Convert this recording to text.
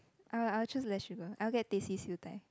I I will choose less sugar I'll get teh c siew dai